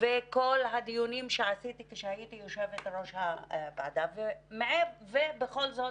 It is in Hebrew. קיימתי דיונים עת הייתי יושבת ראש הוועדה לקידום מעמד האישה ובכל זאת